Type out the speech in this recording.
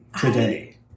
today